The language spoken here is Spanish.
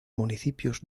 municipios